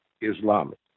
Islamic